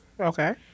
Okay